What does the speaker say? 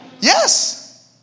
Yes